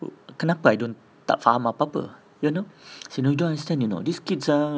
kenapa I don't tak faham apa-apa you know say you know I don't understand you know these kids ah